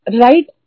right